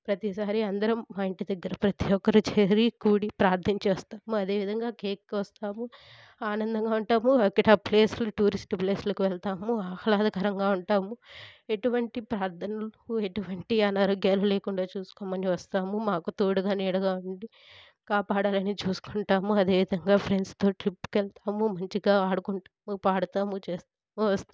ప్రతిసారి అందరం మా ఇంటి దగ్గర ప్రతి ఒక్కరు చేరి కూడి ప్రార్థించి వస్తాం అదేవిధంగా కేక్ కోస్తాము ఆనందంగా ఉంటాము అక్కడ ప్లేస్ టూరిస్ట్ ప్లేసులకు వెళ్తాము ఆహ్లాదకరంగా ఉంటాము ఎటువంటి ప్రార్థనలు ఎటువంటి అనారోగ్యాలు లేకుండా చూసుకోమని వస్తాము మాకు తోడుగా నీడగా ఉండి కాపాడాలని చూసుకుంటాము అదే విధంగా ఫ్రెండ్స్తో ట్రిప్కు వెళ్తాము మంచిగా ఆడుకుంటాము పాడుతాము చేస్తాము వస్తాము